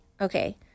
Okay